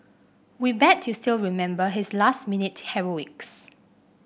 we bet you still remember his last minute heroics